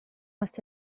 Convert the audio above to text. must